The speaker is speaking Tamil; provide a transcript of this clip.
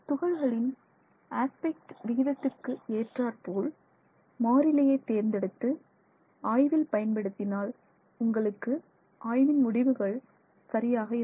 துகள்களின் அஸ்பெக்ட் விகிதத்துக்கு ஏற்றாற்போல் மாறிலியை தேர்ந்தெடுத்து ஆய்வில் பயன்படுத்தினால் உங்களுக்கு ஆய்வின் முடிவுகள் சரியாக இருக்கும்